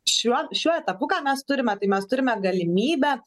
šiuo šiuo etapu ką mes turime tai mes turime galimybę